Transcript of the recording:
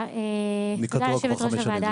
(אומרת דברים בשפת הסימנים,